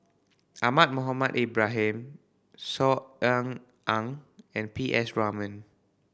Ahmad Mohamed Ibrahim Saw Ean Ang and P S Raman